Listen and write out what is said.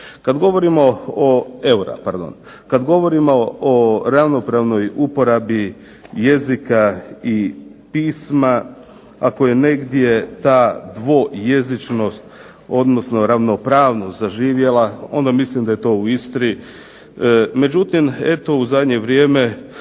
Kad govorimo o ravnopravnoj uporabi jezika i pisma ako je negdje ta dvojezičnost, odnosno ravnopravnost zaživjela onda mislim da je to u Istri. Međutim, eto u zadnje vrijeme,